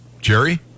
Jerry